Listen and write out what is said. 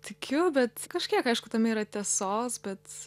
tikiu bet kažkiek aišku tame yra tiesos bet